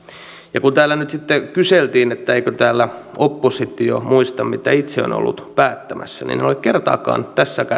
ja kun täällä nyt sitten kyseltiin eikö täällä oppositio muista mitä itse on ollut päättämässä niin en ole kertaakaan